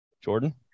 Jordan